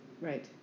right